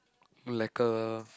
Malacca